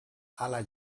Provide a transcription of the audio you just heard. hala